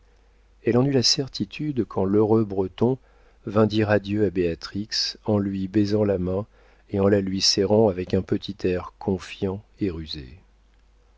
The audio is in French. elle en eut la certitude quand l'heureux breton vint dire adieu à béatrix en lui baisant la main et en la lui serrant avec un petit air confiant et rusé